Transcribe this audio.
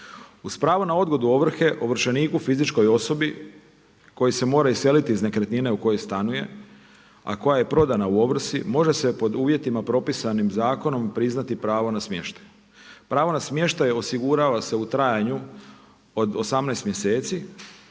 Uz pravo na odgodu ovrhe, ovršeniku fizičkoj osobi koji se mora iseliti iz nekretnine u kojoj stanuje a koja je prodana u ovrsi može se pod uvjetima pripisanim zakonom priznati pravo na smještaj. Pravo na smještaj osigurava se u trajanju od 18 mjeseci.